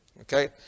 okay